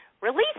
release